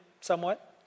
somewhat